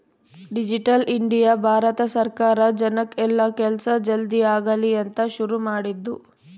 digital India Bharat ಸರ್ಕಾರ ಜನಕ್ ಎಲ್ಲ ಕೆಲ್ಸ ಜಲ್ದೀ ಆಗಲಿ ಅಂತ ಶುರು ಮಾಡಿದ್ದು